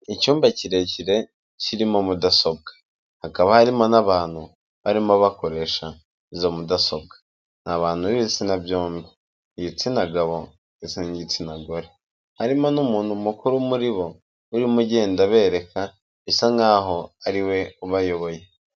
Icyumba kirekire kirimo mudasobwa. Hakaba harimo n'abantu barimo bakoresha izo mudasobwa. Ni abantu b'ibitsina bombi: ibitsina gabo ndetse n'igitsina gore. Harimo n'umuntu mukuru muri bo urimo ugenda abereka, bisa nk'aho ari we ubayoboye.